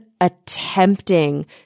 attempting